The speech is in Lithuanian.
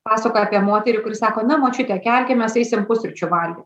pasakoja apie moterį kuri sako na močiute kelkimės eisim pusryčių valgyt